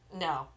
No